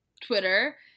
Twitter